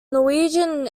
norwegian